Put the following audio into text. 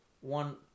one